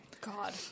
God